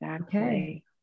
Okay